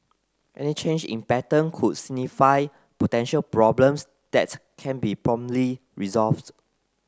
any change in pattern could signify potential problems that can be promptly resolved